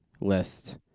list